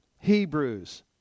Hebrews